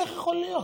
איך יכול להיות?